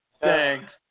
thanks